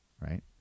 right